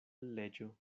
leĝo